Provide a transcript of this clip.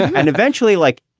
and eventually, like,